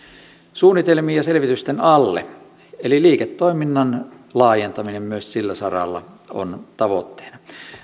suunnitelmiin ja selvitysten alle eli liiketoiminnan laajentaminen myös sillä saralla on tavoitteena